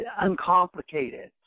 uncomplicated